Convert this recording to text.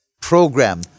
program